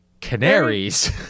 Canaries